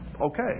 okay